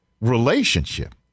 relationship